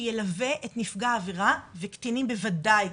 שילווה את נפגע העבירה וקטינים בוודאי,